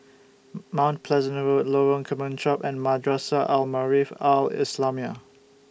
Mount Pleasant Road Lorong Kemunchup and Madrasah Al Maarif Al Islamiah